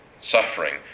suffering